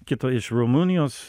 kito iš rumunijos